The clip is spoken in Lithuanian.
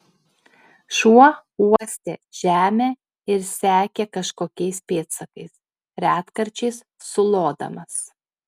šuo uostė žemę ir sekė kažkokiais pėdsakais retkarčiais sulodamas